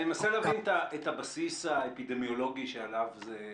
אני מנסה להבין את הבסיס האפידמיולוגי שעליו זה מבוסס.